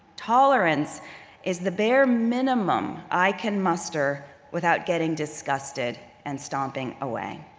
tolerance is the bare minimum i can muster without getting disgusted and stomping away.